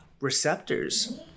receptors